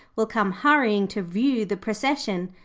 will come hurrying to view the procession.